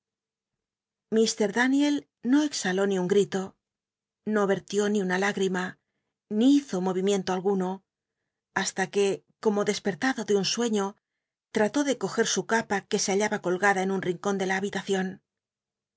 ir daniel no exhaló ni un grito no vertió ni biblioteca nacional de españa da vid copperfield una hígrima ni hizo movimiento alguno hasta que como despertado de un sueí ío trató de coger su capa que se hallaba colgada en un rincon de la lwbitacion